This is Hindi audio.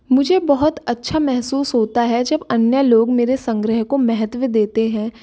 मुझे बहुत अच्छा महसूस होता है जब अन्य लोग मेरे संग्रह को महत्व देते हैं